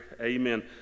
amen